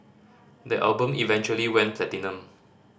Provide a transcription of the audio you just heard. the album eventually went platinum